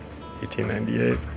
1898